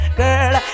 girl